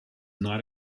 not